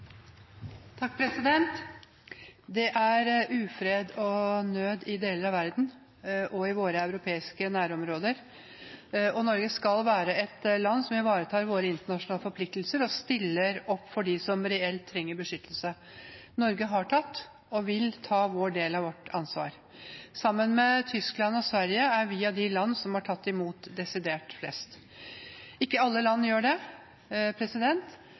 nød i deler av verden og i våre europeiske nærområder. Norge skal være et land som ivaretar våre internasjonale forpliktelser, og som stiller opp for dem som reelt trenger beskyttelse. Norge har tatt og vil ta vår del av ansvaret. Sammen med Tyskland og Sverige er vi av de land som har tatt imot desidert flest. Ikke alle land gjør det.